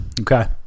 Okay